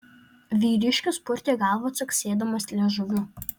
vyriškis purtė galvą caksėdamas liežuviu